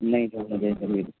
نہیں سر مجھے کبھی